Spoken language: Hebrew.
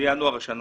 מינואר השנה